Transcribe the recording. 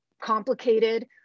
complicated